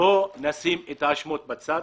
בואו נשים את ההאשמות בצד,